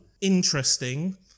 interesting